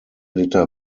liter